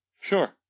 Sure